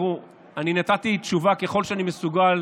נתתי תשובה מדויקת ככל שאני מסוגל